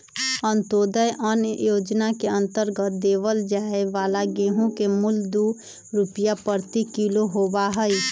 अंत्योदय अन्न योजना के अंतर्गत देवल जाये वाला गेहूं के मूल्य दु रुपीया प्रति किलो होबा हई